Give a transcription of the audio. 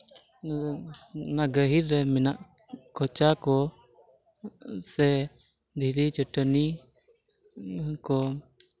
ᱚᱱᱟ ᱜᱟᱹᱦᱤᱨ ᱨᱮ ᱢᱮᱱᱟᱜ ᱠᱷᱚᱪᱟ ᱠᱚ ᱥᱮ ᱫᱷᱤᱨᱤ ᱪᱟᱹᱴᱟᱹᱱᱤ ᱠᱚ